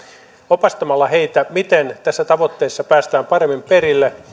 opastamalla heitä miten tässä tavoitteessa päästään paremmin perille